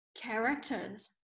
characters